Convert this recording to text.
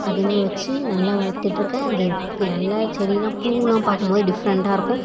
அதேமாதிரி வெச்சு நல்லா வளத்துட்டுருக்கேன் அது நல்லா செடிலாம் பூவெல்லாம் பார்க்கும் போது டிஃப்ரெண்டாக இருக்கும்